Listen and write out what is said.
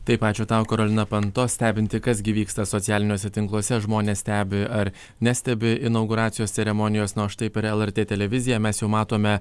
taip ačiū tau karolina panto stebinti kas gi vyksta socialiniuose tinkluose žmonės stebi ar nestebi inauguracijos ceremonijos na o štai per lrt televiziją mes jau matome